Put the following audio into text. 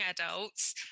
adults